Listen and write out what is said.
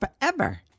forever